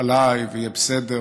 עליי ויהיה בסדר,